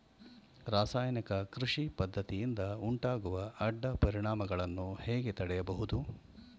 ರಾಸಾಯನಿಕ ಕೃಷಿ ಪದ್ದತಿಯಿಂದ ಉಂಟಾಗುವ ಅಡ್ಡ ಪರಿಣಾಮಗಳನ್ನು ಹೇಗೆ ತಡೆಯಬಹುದು?